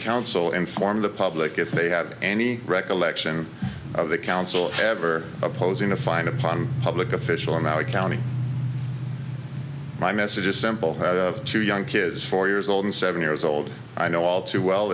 council inform the public if they have any recollection of the council ever opposing a fine upon public official in our county my message is simple had two young kids four years old and seven years old i know all too well